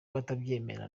batabyemera